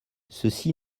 ceci